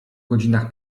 godzinach